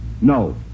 No